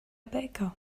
baker